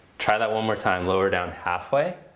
try that one more time. lower down halfway.